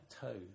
toe